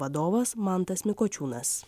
vadovas mantas mikočiūnas